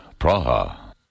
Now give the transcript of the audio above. Praha